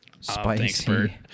spicy